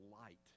light